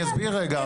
אסביר רגע,